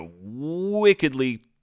wickedly